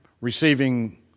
receiving